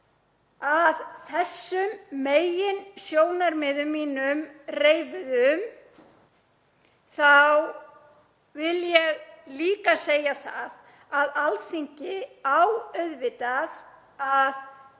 Að þessum meginsjónarmiðum mínum reifuðum vil ég líka segja það að Alþingi á auðvitað að